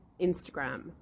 Instagram